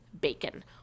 bacon